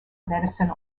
medicine